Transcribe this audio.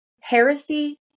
heresy